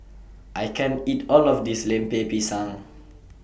I can't eat All of This Lemper Pisang